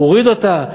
הוריד אותה,